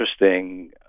interesting